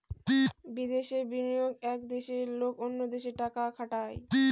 বিদেশে বিনিয়োগ এক দেশের লোক অন্য দেশে টাকা খাটায়